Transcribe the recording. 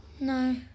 No